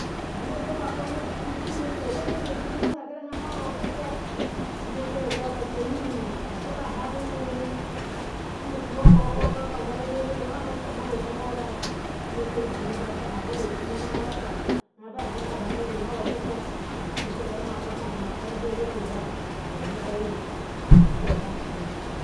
anakpe massinu suck chineke elake na shel nhan nu oro okwokwo chineke ishi nu ba aker ihinu obola han bo ememe iyo kwaga okaka n-won yin bere le han riken nu oroyi chineke ishi nu ba aker eba yejina kwa nu ru min oka hanba yenbanu ehinba iru chineke garu colln xon rumuba ma ba banu ehinba iru